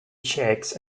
chicks